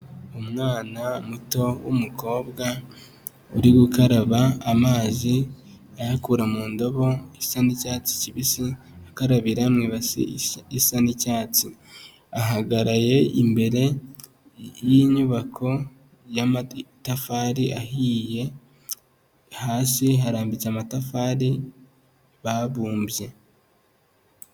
Umwana muto w'umukobwa uri gukaraba amazi ayakura mu ndobo isa n'icyatsi kibisi akarabira mu ibasi isa n'icyatsi, ahagaraye imbere y'inyubako y'amatafari ahiye hasi harambitse amatafari babumbye.